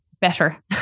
better